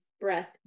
breath